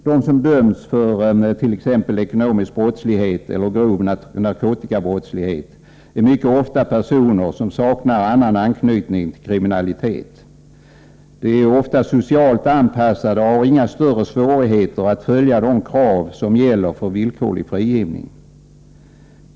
De som dömts för t.ex. ekonomisk brottslighet eller grov narkotikabrottslighet är mycket ofta personer som saknar annan anknytning till kriminalitet. De är också ofta socialt anpassade och har inga större svårigheter att följa de krav som gäller för villkorlig frigivning.